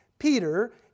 Peter